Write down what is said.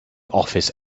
office